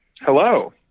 Hello